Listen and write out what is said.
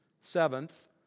seventh